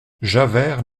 javert